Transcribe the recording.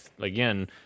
again